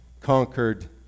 conquered